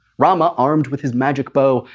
rama, armed with his magic bow,